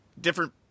different